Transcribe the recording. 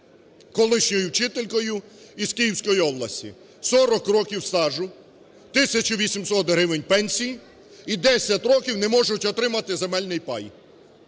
колишньою вчителькою із Київської області, 40 років стажу, 1 тисяча 800 гривень пенсії і 10 років не можуть отримати земельний пай.